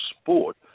sport